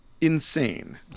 insane